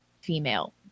female